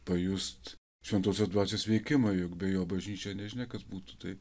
pajust šventosios dvasios veikimą jog be jo bažnyčia nežinia kas būtų tai